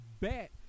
bet